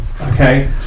Okay